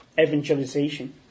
evangelization